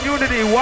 Unity